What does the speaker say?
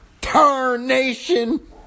Tarnation